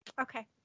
Okay